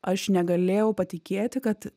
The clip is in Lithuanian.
aš negalėjau patikėti kad